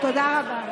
תודה רבה.